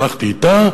הלכתי אתה,